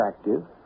attractive